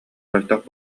мөлтөх